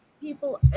people